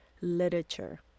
literature